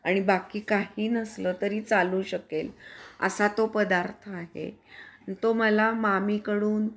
आणि बाकी काही नसलं तरी चालू शकेल आसा तो पदार्थ आहे तो मला मामीकडून